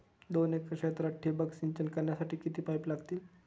दोन एकर क्षेत्रात ठिबक सिंचन करण्यासाठी किती पाईप लागतील?